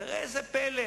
וראה איזה פלא,